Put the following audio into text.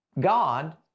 God